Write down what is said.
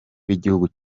w’igihugu